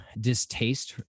distaste